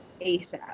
ASAP